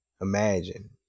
Imagine